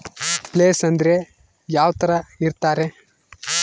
Place ಅಂದ್ರೆ ಯಾವ್ತರ ಇರ್ತಾರೆ?